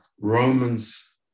Romans